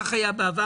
ככה היה בעבר,